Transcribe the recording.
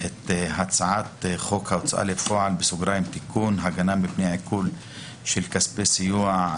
את הצעת חוק ההוצאה לפועל (תיקון הגנה מפני עיקול של כספי סיוע),